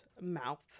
mouth